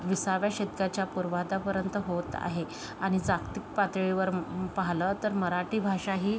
विसाव्या शतकाच्या पूर्वार्धापर्यंत होत आहे आणि जागतिक पातळीवर पाहिलं तर मराठी भाषा ही